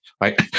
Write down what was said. right